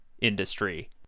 industry